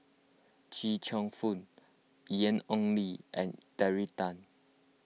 Chia Cheong Fook Ian Ong Li and Terry Tan